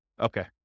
Okay